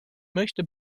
möchte